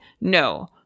No